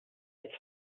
its